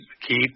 keep